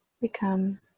become